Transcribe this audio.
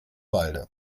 wald